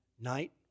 night